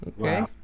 Okay